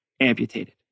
amputated